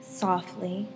softly